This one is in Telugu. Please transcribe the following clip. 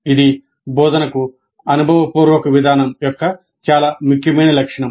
ఇది బోధనకు అనుభవపూర్వక విధానం యొక్క చాలా ముఖ్యమైన లక్షణం